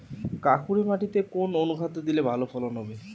কাঁকুরে মাটিতে কোন অনুখাদ্য দিলে ভালো ফলন হবে?